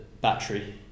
battery